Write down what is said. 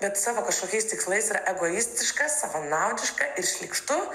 bet savo kažkokiais tikslais yra egoistiška savanaudiška ir šlykštu